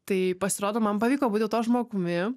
tai pasirodo man pavyko būti tuo žmogumi